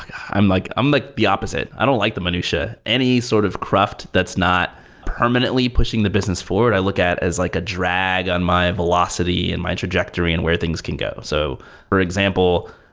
i'm like i'm like the opposite. i don't like the minutia. any sort of craft that's not permanently pushing the business forward i look at as like a drag on my velocity in my trajectory and where things can go. so for example,